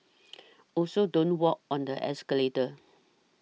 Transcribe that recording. also don't walk on the escalator